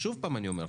שוב אני אומר,